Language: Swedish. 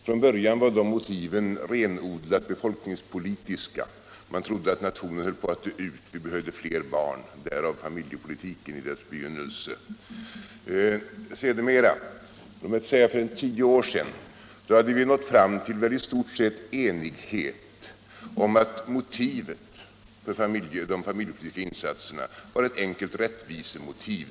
Från början var de motiven renodlat befolkningspolitiska — man trodde att nationen höll på att dö ut, vi behövde fler barn, därav familjepolitiken i dess begynnelse. Sedermera, låt mig säga för tio år sedan, hade vi nått fram till i stort sett enighet om att motivet för de familjepolitiska insatserna var ett enkelt rättvisemotiv.